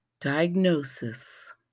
diagnosis